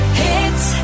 hits